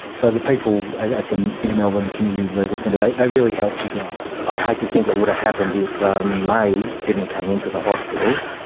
so the people at the inner melbourne community legal centre, they they really helped you guys. i hate to think what would have happened if um maie didn't come into the hospital.